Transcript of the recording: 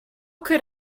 could